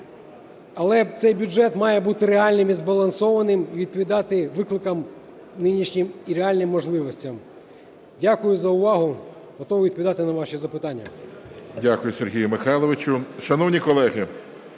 Але цей бюджет має бути реальним і збалансованим і відповідати викликам нинішнім і реальним можливостям. Дякую за увагу. Готовий відповідати на ваші запитання.